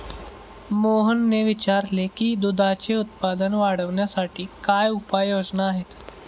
मोहनने विचारले की दुधाचे उत्पादन वाढवण्यासाठी काय उपाय योजना आहेत?